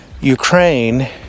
Ukraine